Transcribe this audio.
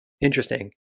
Interesting